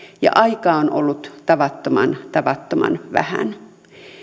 ja aikaa on ollut tavattoman tavattoman vähän